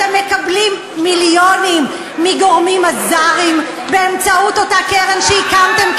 אתם מקבלים מיליונים מגורמים אזריים באמצעות אותה קרן שהקמתם,